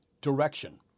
direction